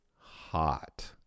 hot